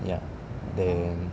ya then